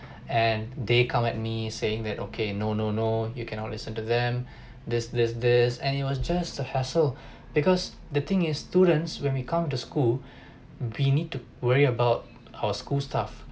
and they come at me saying that okay no no no you cannot listen to them this this this and it was just a hassle because the thing is students when we come to school we need to worry about our school stuff